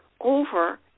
over